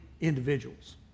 individuals